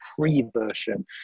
pre-version